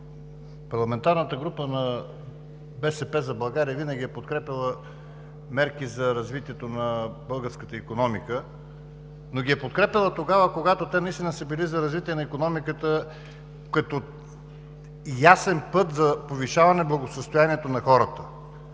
Парламентарната група на „БСП за България“ винаги е подкрепяла мерки за развитието на българската икономика, но ги е подкрепяла тогава, когато те наистина са били за развитие на икономиката, като ясен път за повишаване благосъстоянието на хората,